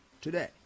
today